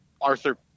Arthur